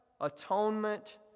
atonement